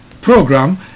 program